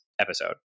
episode